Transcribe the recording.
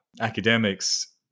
academics